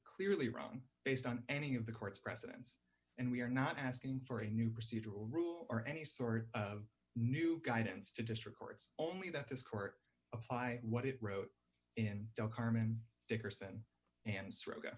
clearly wrong based on any of the court's precedents and we are not asking for a new procedural rule or any sort of new guidance to district courts only that this court apply what it wrote in don't carmen dickerson and sorok